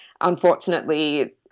Unfortunately